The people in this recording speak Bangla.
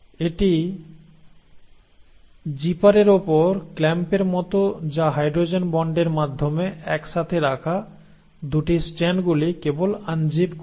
এটি জিপারের উপর ক্ল্যাম্পের মত যা হাইড্রোজেন বন্ডের মাধ্যমে একসাথে রাখা দুটি স্ট্র্যান্ডগুলি কেবল আনজিপ করছে